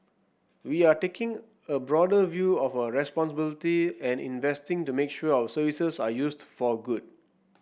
we are taking a broader view of our responsibility and investing to make sure our services are used for good